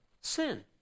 sin